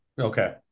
Okay